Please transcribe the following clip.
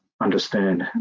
understand